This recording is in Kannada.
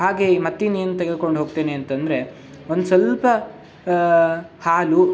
ಹಾಗೇ ಈ ಮತ್ತಿನ್ನೇನು ತೆಗೆದ್ಕೊಂಡು ಹೋಗ್ತೇನೆ ಅಂತಂದರೆ ಒಂದು ಸ್ವಲ್ಪ ಹಾಲು